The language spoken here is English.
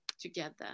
together